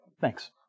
Thanks